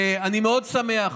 ואני מאוד שמח,